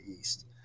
east